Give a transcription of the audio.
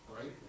right